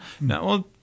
No